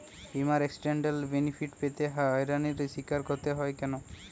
বিমার accidental benefit পেতে হয়রানির স্বীকার হতে হয় কেন?